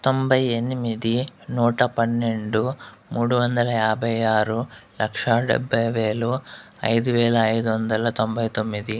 తొంభై ఎనిమిది నూట పన్నెండు మూడు వందల యాభై ఆరు లక్ష డెబ్బై వేలు ఐదు వేల ఐదు వందల తొంభై తొమ్మిది